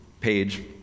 page